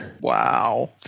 Wow